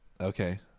okay